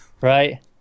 Right